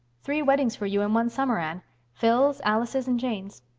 three weddings for you in one summer, anne phil's, alice's, and jane's.